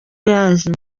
yaje